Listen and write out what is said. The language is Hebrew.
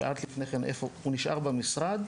שאלת לפני איפה, הוא נשאר במשרד,